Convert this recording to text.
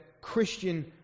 Christian